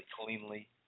cleanly